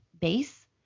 base